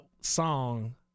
song